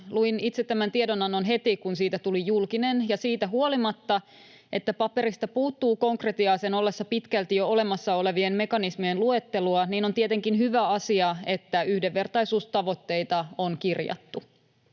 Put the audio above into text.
Luin itse tämän tiedonannon heti kun siitä tuli julkinen, ja siitä huolimatta, että paperista puuttuu konkretiaa sen ollessa pitkälti jo olemassa olevien mekanismien luettelua, on tietenkin hyvä asia, että yhdenvertaisuustavoitteita on kirjattu.